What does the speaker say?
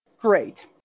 Great